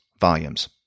volumes